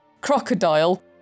crocodile